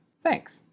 Thanks